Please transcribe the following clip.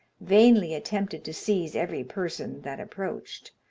vainly attempted to seize every person that approached,